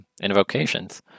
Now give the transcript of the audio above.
invocations